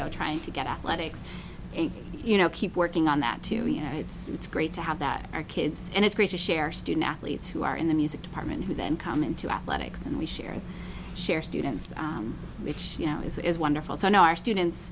know trying to get athletics and you know keep working on that to you know it's it's great to have that our kids and it's great to share student athletes who are in the music department who then come into athletics and we share and share students which you know is wonderful so i know our students